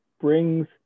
brings